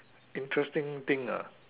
interesting thing ah